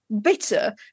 bitter